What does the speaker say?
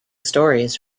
stories